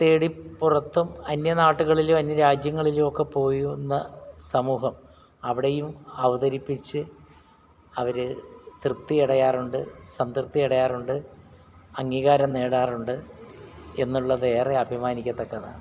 നേടി പുറത്തും അന്യ നാടുകളിലും അന്യ രാജ്യങ്ങളിലും ഒക്കെ പോയി വന്ന സമൂഹം അവിടെയും അവതരിപ്പിച്ച് അവർ തൃപ്തിയടയാറുണ്ട് സംതൃപ്തിയടയാറുണ്ട് അംഗീകാരം നേടാറുണ്ട് എന്നുള്ളത് ഏറെ അഭിമാനിക്കത്തക്കതാണ്